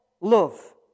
love